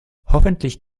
hoffentlich